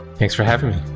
thanks for having me.